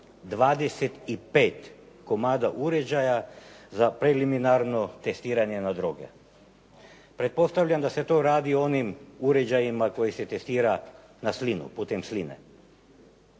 25 komada uređaja za preliminarno testiranje na droge. Pretpostavljam da se to radi o onim uređajima koji se testira na slinu, putem sline.